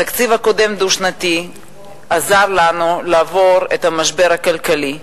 התקציב הדו-שנתי הקודם עזר לנו לעבור את המשבר הכלכלי,